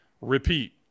repeat